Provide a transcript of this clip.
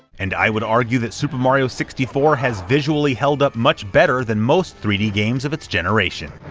and i would argue that super mario sixty four has visually held up much better than most three d games of its generation.